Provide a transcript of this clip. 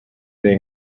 they